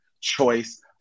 choice